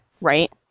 right